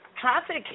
Traffic